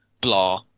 blah